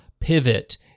pivot